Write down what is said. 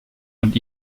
und